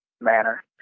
manner